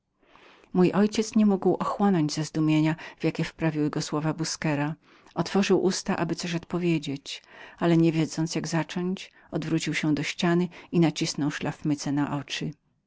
mój ojciec nie mógł odetchnąć z podziwienia jakie mu sprawiła ta mowa busquera otworzył usta aby mu odpowiedzieć ale niewiedząc jak zacząć odwrócił się do ściany i nacisnął szlafmycę na oczy